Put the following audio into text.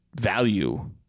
value